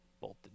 Bolted